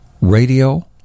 radio